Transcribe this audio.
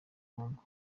congo